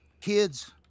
kids